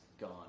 gone